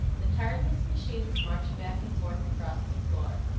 the tireless machines marched back and forth across the floor,